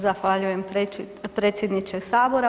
Zahvaljujem predsjedniče sabora.